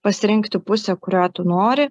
pasirinkti pusę kurią tu nori